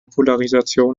polarisation